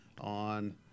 on